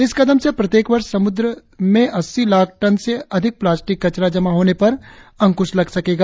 इस कदम से प्रत्येक वर्ष समुद्र में अस्सी लाख़ टन से अधिक प्लास्टिक कचरा जमा होने पर अंकुश लग सकेगा